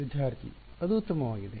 ವಿದ್ಯಾರ್ಥಿ ಅದು ಉತ್ತಮವಾಗಿದೆ